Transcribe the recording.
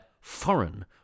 foreign